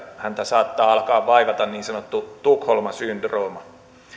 häntä saattaa alkaa vaivata niin sanottu tukholma syndrooma